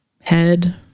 head